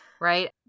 Right